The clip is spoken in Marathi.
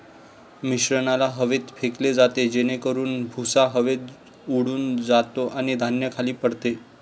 मिश्रणाला हवेत फेकले जाते जेणेकरून भुसा हवेत उडून जातो आणि धान्य खाली पडते